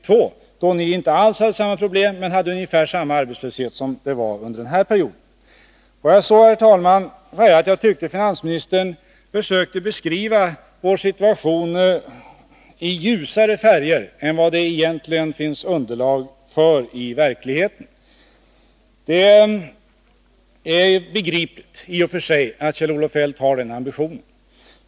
1972 hade ni ju inte alls samma problem som vi. Arbetslösheten däremot var ungefär densamma. Får jag sedan säga, herr talman, att jag tyckte att finansministern försökte beskriva vår situation i ljusare färger än det i verkligheten fanns underlag för. I och för sig är det begripligt att Kjell-Olof Feldt har den ambitionen.